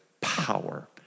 power